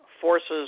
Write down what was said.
forces